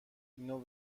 اینو